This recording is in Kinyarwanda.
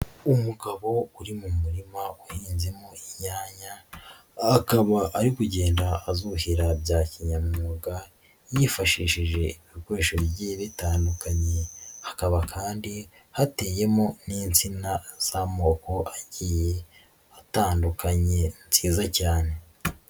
Umugabo uri mu murima uhinzemo inyanya, akaba ari kugenda azuhira bya kinyamwuga, yifashishije ibikoresho bigiye bitandukanye, hakaba kandi hateyemo n'insina z'amoko agiye atandukanye nziza cyane.